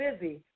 busy